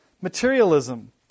materialism